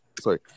Sorry